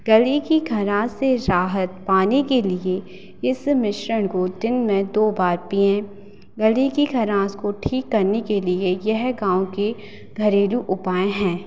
गले की खराश से राहत पाने के लिए इस मिश्रण को दिन में दो बार पीएँ गले की खराश को ठीक करने के लिए यह गाँव के घरेलू उपाय हैं